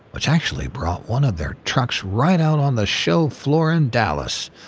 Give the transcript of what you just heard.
which actually brought one of their trucks right out on the show floor in dallas.